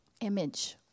image